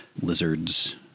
lizards